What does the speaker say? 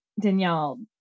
Danielle